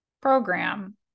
program